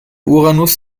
uranus